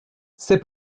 c’est